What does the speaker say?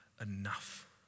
enough